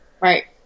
Right